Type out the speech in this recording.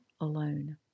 alone